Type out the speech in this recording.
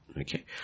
Okay